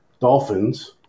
dolphins